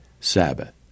Sabbath